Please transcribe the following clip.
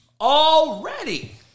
Already